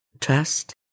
trust